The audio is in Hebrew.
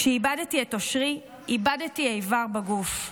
כשאיבדתי את אושרי איבדתי איבר בגוף.